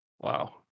Wow